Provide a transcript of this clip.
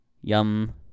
yum